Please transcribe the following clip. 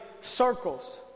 circles